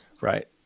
Right